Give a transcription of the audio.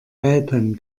welpen